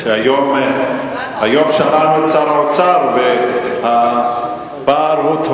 שזה Israel, ויש P,